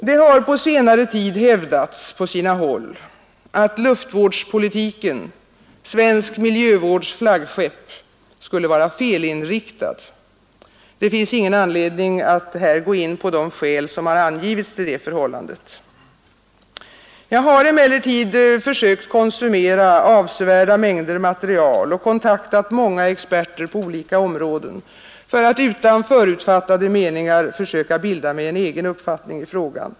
Det har på senare tid på sina håll hävdats att luftvårdspolitiken — svensk miljövårds flaggskepp — skulle vara felinriktad. Det finns ingen anledning att här gå in på de skäl som har angivits till detta förhållande. Jag har emellertid konsumerat avsevärda mängder material och kontaktat många experter på olika områden för att utan förutfattade meningar försöka bilda mig en egen uppfattning i frågan.